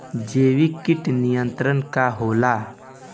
जैविक कीट नियंत्रण का होखेला?